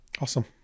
Awesome